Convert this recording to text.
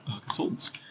consultants